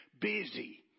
busy